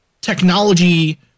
technology